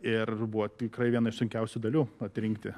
ir buvo tikrai viena iš sunkiausių dalių atrinkti